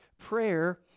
Prayer